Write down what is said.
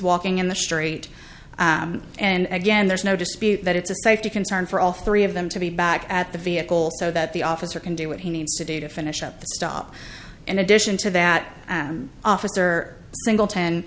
walking in the street and again there's no dispute that it's a safety concern for all three of them to be back at the vehicle so that the officer can do what he needs to do to finish up the stop in addition to that officer singleton